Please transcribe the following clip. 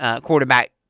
quarterback